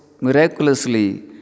miraculously